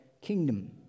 kingdom